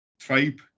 tribe